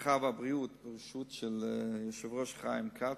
הרווחה והבריאות בראשות חבר הכנסת חיים כץ,